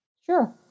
Sure